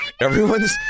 everyone's